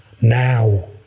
now